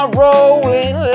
rolling